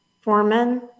Foreman